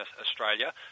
Australia